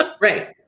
Right